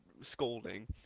scolding